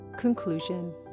Conclusion